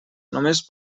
només